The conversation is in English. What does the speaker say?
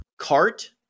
cart